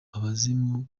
abazimu